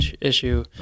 issue